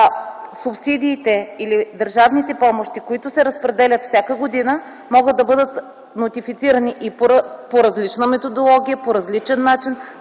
а субсидиите или държавните помощи, които се разпределят всяка година, могат да бъдат нотифицирани по различна методология, по различен начин,